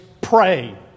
pray